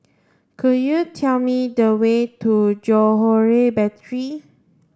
could you tell me the way to Johore Battery